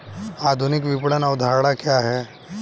आधुनिक विपणन अवधारणा क्या है?